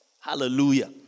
Hallelujah